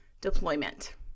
deployment